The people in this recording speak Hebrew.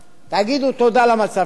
תגידו תודה על המצב שלנו.